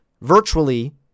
Virtually